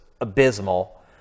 abysmal